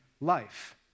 life